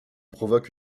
provoque